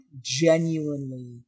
genuinely